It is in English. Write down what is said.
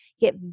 Get